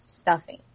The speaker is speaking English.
stuffing